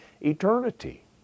eternity